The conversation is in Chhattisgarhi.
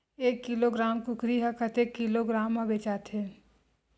एक किलोग्राम कुकरी ह कतेक किलोग्राम म बेचाथे?